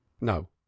no